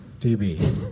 DB